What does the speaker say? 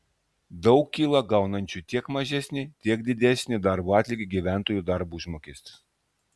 daug kyla gaunančių tiek mažesnį tiek didesnį darbo atlygį gyventojų darbo užmokestis